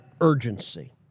urgency